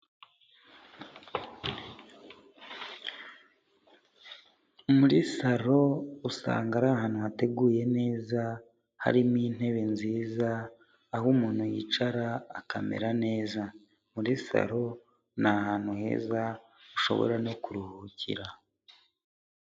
Muri salo usanga ari ahantu hateguye neza, harimo intebe nziza, aho umuntu yicara akamera neza. Muri salo ni ahantu heza ushobora no kuruhukira.